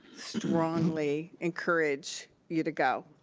strongly encourage you to go.